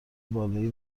بالایی